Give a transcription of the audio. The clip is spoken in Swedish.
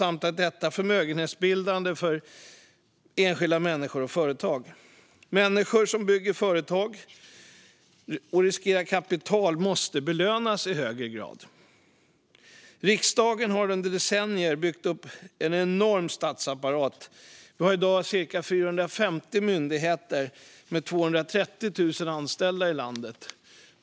Det är också förmögenhetsbildande för enskilda människor och företag. Människor som bygger företag och riskerar kapital måste belönas i högre grad. Riksdagen har under decennier byggt upp en enorm statsapparat. Vi har i dag cirka 450 myndigheter med 230 000 anställda i landet.